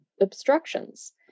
obstructions